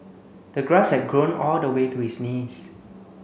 the grass had grown all the way to his knees